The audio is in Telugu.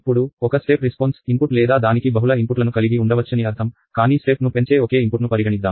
ఇప్పుడు ఒక స్టెప్ ప్రతిస్పందన ఇన్పుట్ లేదా దానికి బహుళ ఇన్పుట్లను కలిగి ఉండవచ్చని అర్థం కానీ స్టెప్ ను పెంచే ఒకే ఇన్పుట్ను పరిగణిద్దాం